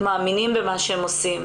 מאמינים במה שהם עושים.